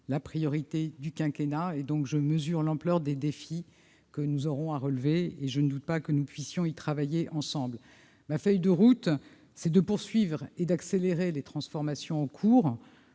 la priorité du quinquennat. Je mesure l'ampleur des défis que nous aurons à relever et je ne doute pas que nous pourrons y travailler ensemble. Ma feuille de route est de poursuivre et d'accélérer les transformations en cours.